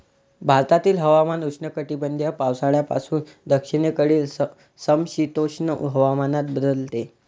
भारतातील हवामान उष्णकटिबंधीय पावसाळ्यापासून दक्षिणेकडील समशीतोष्ण हवामानात बदलते